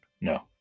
No